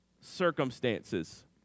circumstances